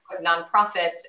nonprofits